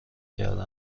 کرده